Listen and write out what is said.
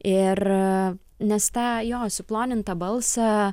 ir nes tą jo suplonintą balsą